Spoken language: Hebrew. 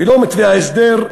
ולא מתווה ההסדר,